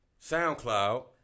SoundCloud